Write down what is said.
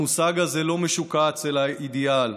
המושג הזה לא משוקץ אלא אידיאל,